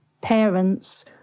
parents